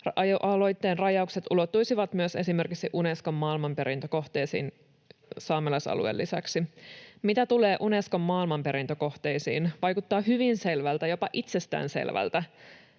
Aloitteen rajaukset ulottuisivat myös esimerkiksi Unescon maailmanperintökohteisiin saamelaisalueen lisäksi. Mitä tulee Unescon maailmanperintökohteisiin, vaikuttaa hyvin selvältä, jopa itsestäänselvältä,